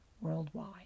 worldwide